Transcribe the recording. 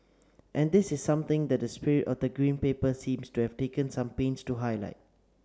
and this is something that the spirit of the Green Paper seems to have taken some pains to highlight